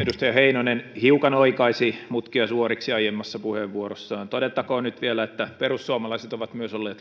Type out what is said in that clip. edustaja heinonen hiukan oikaisi mutkia suoriksi aiemmassa puheenvuorossaan todettakoon nyt vielä että myös perussuomalaiset ovat olleet